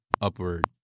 upward